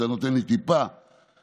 שאתה נותן לי טיפה לענות,